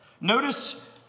Notice